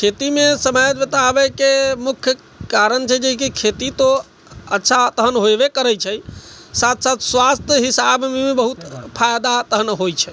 खेतीमे समय बिताबयके मुख्य कारण छै जे कि खेती तो अच्छा तखन होयबे करै छै साथ साथ स्वास्थ्य हिसाबमे भी बहुत फायदा तखन होइ छै